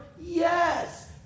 Yes